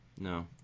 No